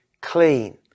clean